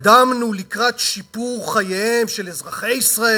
התקדמנו לקראת שיפור חייהם של אזרחי ישראל?